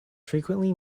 frequently